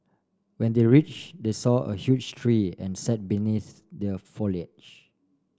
when they reached they saw a huge tree and sat beneath the foliage